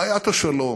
בעיית השלום.